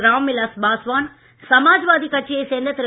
ராம்விலாஸ் பாஸ்வான் சமாஜ்வாதி கட்சியைச் சேர்ந்த திரு